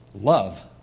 love